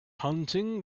hunting